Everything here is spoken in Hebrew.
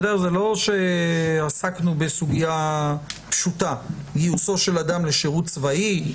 זה לא שעסקנו בסוגיה פשוטה גיוסו של אדם לשירות צבאי,